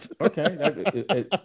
Okay